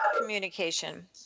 communication